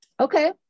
Okay